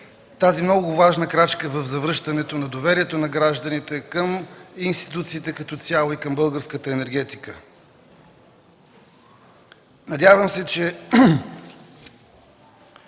тази много важна крачка в завръщането на доверието на гражданите към институциите като цяло и към българската енергетика.